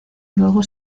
luego